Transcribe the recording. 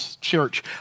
church